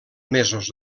mesos